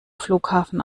flughafen